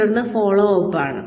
തുടർന്ന് follow up ആണ്